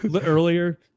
Earlier